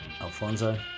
Alfonso